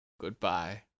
Goodbye